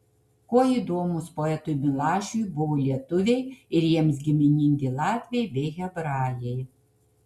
kuo įdomūs poetui milašiui buvo lietuviai ir jiems giminingi latviai bei hebrajai